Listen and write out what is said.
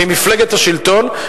ממפלגת השלטון,